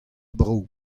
bro